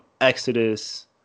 Exodus